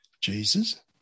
Jesus